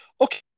okay